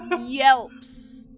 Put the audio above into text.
yelps